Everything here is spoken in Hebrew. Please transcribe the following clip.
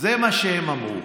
זה מה שהם אמרו.